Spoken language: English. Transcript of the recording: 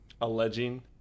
alleging